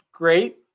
great